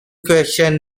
questioned